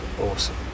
Awesome